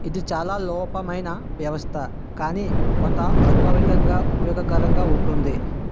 ఇది చాలా లోపమైన వ్యవస్థ కానీ కొంత అనుభవికంగా ఉపయోగకరంగా ఉంటుంది